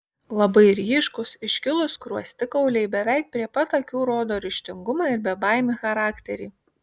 labai ryškūs iškilūs skruostikauliai beveik prie pat akių rodo ryžtingumą ir bebaimį charakterį